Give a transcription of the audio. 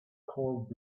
called